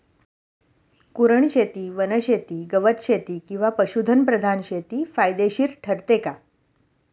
कुरणशेती, वनशेती, गवतशेती किंवा पशुधन प्रधान शेती फायदेशीर ठरते का?